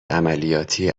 عملیاتی